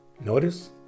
Notice